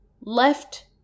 left